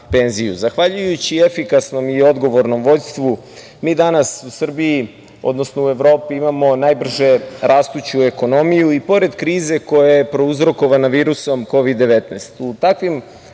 penziju. Zahvaljujući efikasnom i odgovornom vođstvu, mi danas u Srbiji, odnosno u Evropi, imamo najbrže rastuću ekonomiju, i pored krize koja je prouzrokovana virusom Kovid - 19.